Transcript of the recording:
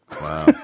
Wow